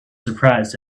surprised